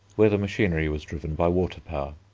where the machinery was driven by water-power.